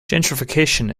gentrification